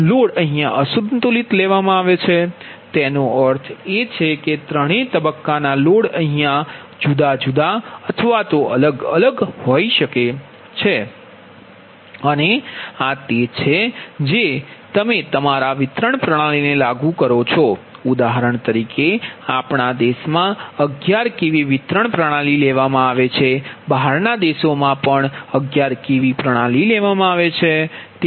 તેથી લોડ અસંતુલિત છે તેનો અર્થ એ છે કે ત્રણેય તબક્કાના લોડ જુદા હોઈ શકે છે અને આ તે છે જે તમે તમારા વિતરણ પ્રણાલીને લાગુ કરો છો ઉદાહરણ તરીકે આપણા દેશમાં 11 કેવી વિતરણ પ્રણાલી છે